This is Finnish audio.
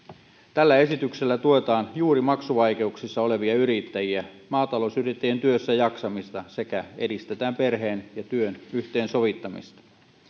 tällä esityksellä tuetaan juuri maksuvaikeuksissa olevia yrittäjiä ja maatalousyrittäjien työssäjaksamista sekä edistetään perheen ja työn yhteensovittamista